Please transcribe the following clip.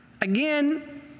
Again